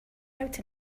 out